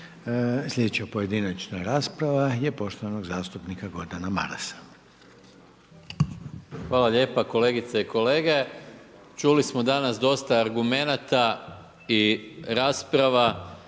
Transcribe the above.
Sljedeća pojedinačna rasprava je poštovanog zastupnika Gordana Marasa. **Maras, Gordan (SDP)** Hvala lijepo kolegice i kolege. Čuli smo danas dosta argumenata i rasprava,